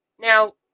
now